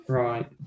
right